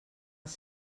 als